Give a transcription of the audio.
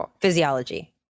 physiology